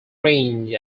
range